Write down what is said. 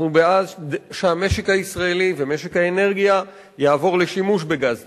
אנחנו בעד שהמשק הישראלי ומשק האנרגיה יעבור לשימוש בגז טבעי.